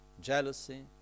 Jealousy